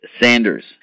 Sanders